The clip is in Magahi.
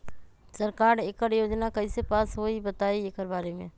सरकार एकड़ योजना कईसे पास होई बताई एकर बारे मे?